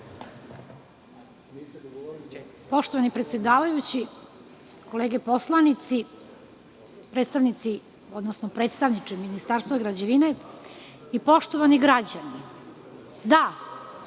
Poštovani predsedavajući, kolege poslanici, predstavniče Ministarstva građevine, poštovani građani, da,